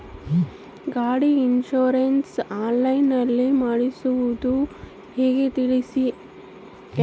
ಗಾಡಿ insurance online ನಲ್ಲಿ ಮಾಡ್ಸೋದು ಹೆಂಗ ತಿಳಿಸಿ?